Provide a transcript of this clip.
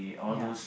ya